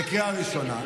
בקריאה הראשונה?